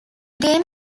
game